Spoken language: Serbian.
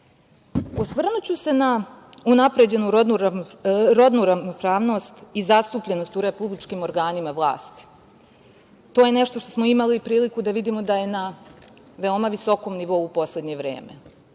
društvu. Osvrnuću se na unapređenu rodnu ravnopravnost i zastupljenost u republičkim organima vlasti. To je nešto što smo imali priliku da vidimo da je na veoma visokom nivou u poslednje vreme.